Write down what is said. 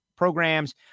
Programs